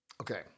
Okay